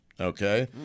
okay